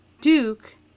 Duke